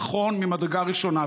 נכון ממדרגה ראשונה,